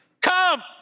Come